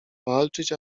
walczyć